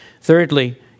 Thirdly